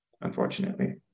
unfortunately